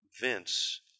Vince